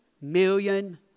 million